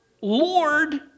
Lord